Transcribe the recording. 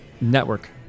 Network